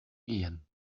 gehen